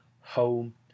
home